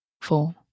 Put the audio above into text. four